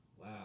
wow